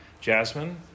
Jasmine